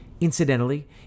Incidentally